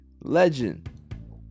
Legend